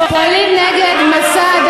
פועלים נגד מסע,